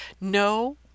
No